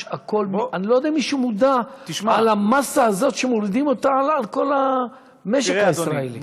אני לא יודע אם מישהו מודע למאסה הזאת שמורידים על כל המשק הישראלי.